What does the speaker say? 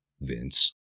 Vince